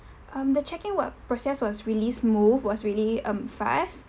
um the check in were process was really smooth was really um fast